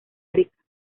rica